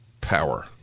power